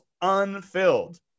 unfilled